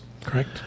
Correct